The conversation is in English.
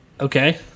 okay